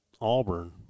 Auburn